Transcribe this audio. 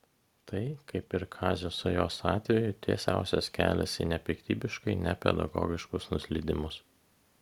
tai kaip ir kazio sajos atveju tiesiausias kelias į nepiktybiškai nepedagogiškus nuslydimus